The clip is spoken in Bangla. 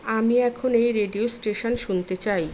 আমি এখন এই রেডিও স্টেশন শুনতে চাই